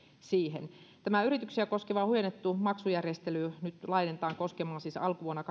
siihen tämä yrityksiä koskeva huojennettu maksujärjestely laajennetaan nyt siis koskemaan alkuvuonna